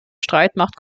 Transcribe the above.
streitmacht